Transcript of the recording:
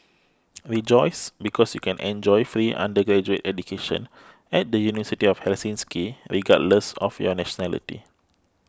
rejoice because you can enjoy free undergraduate education at the University of Helsinki regardless of your nationality